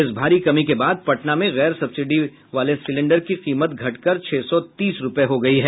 इस भारी कमी के बाद पटना में गैर सब्सिडी वाले सिलेंडर की कीमत घटकर छह सौ तीस रूपये हो गयी है